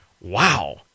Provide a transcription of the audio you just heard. wow